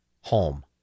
home